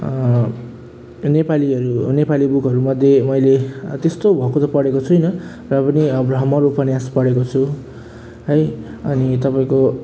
नेपालीहरू नेपाली बुकहरू मध्ये मैले आ त्यस्तो भक्कु त पढेको छुइनँ र पनि अँ भ्रमर उपन्यास पढेको छु है अनि तपाईँको